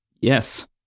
yes